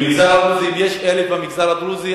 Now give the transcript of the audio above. אם יש 1,000 במגזר הדרוזי,